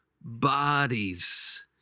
bodies